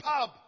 pub